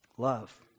Love